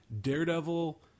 Daredevil